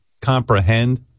comprehend